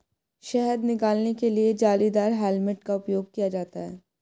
शहद निकालने के लिए जालीदार हेलमेट का उपयोग किया जाता है